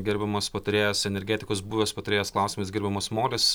gerbiamas patarėjas energetikos buvęs patarėjas klausimais gerbiamas molis